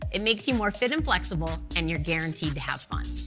it makes you more fit and flexible, and you're guaranteed to have fun.